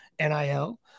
NIL